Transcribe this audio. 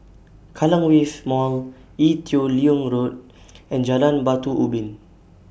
Kallang Wave Mall Ee Teow Leng Road and Jalan Batu Ubin